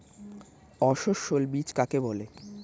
অসস্যল বীজ কাকে বলে?